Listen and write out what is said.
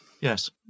Yes